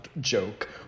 joke